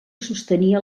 sostenia